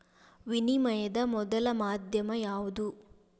ವಿನಿಮಯದ ಮೊದಲ ಮಾಧ್ಯಮ ಯಾವ್ದು